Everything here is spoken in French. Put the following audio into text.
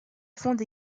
fonde